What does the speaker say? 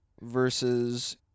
versus